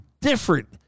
different